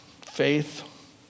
faith